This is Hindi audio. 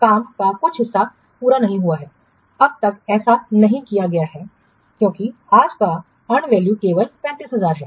काम का कुछ हिस्सा पूरा नहीं हुआ है अब तक ऐसा नहीं किया गया है क्योंकि आज का अर्नड वैल्यू केवल 35000 है